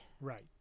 Right